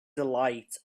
delight